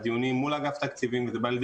בדיונים מול אגף תקציבים - וזה בא לידי